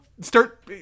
start